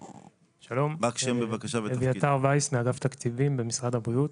שלום, אביתר וויס מאגף תקציבים במשרד הבריאות.